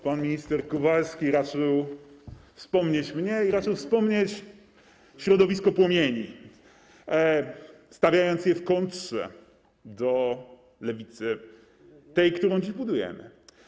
Pan minister Kowalski raczył wspomnieć o mnie i raczył wspomnieć o środowisku „Płomieni”, stawiając je w kontrze do lewicy, którą dziś budujemy.